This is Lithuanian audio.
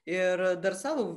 ir dar savo